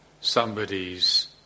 somebody's